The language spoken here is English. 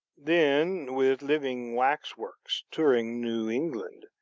then with living wax-works, touring new england.